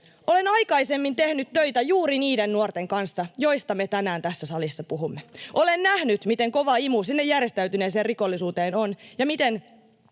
Olen aikaisemmin tehnyt töitä juuri niiden nuorten kanssa, joista me tänään tässä salissa puhumme. Olen nähnyt, miten kova imu sinne järjestäytyneeseen rikollisuuteen on ja miten